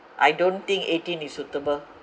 I don't think eighteen is suitable